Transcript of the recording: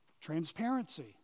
transparency